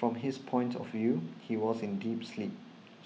from his point of view he was in deep sleep